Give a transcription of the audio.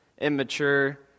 immature